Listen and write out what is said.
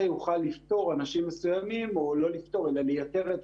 יוכל לפטור אנשים מסוימים או לא לפטור אלא לייתר את